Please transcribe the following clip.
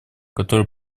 которое